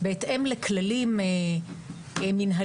בהתאם לכללים מינהליים,